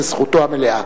ובפרט בתחנות תל-אביב.